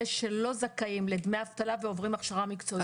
אלה שלא זכאים לדמי אבטלה ועוברים הכשרה מקצועית?